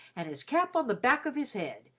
and his cap on the back of his head,